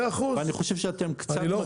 ואני חושב שאתם קצת --- מאה אחוז,